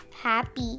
happy